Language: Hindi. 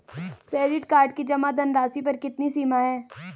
क्रेडिट कार्ड की जमा धनराशि पर कितनी सीमा है?